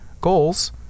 goals